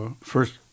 first